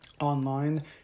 online